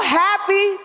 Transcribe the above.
happy